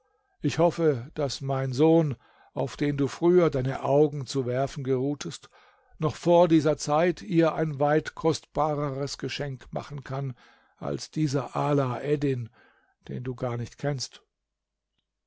ich hoffe daß mein sohn auf den du früher deine augen zu werfen geruhtest noch vor dieser zeit ihr ein weit kostbareres geschenk machen kann als dieser alaeddin den du gar nicht kennst